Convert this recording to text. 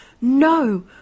No